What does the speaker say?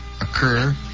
occur